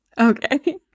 okay